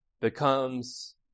becomes